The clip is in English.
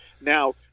Now